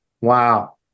Wow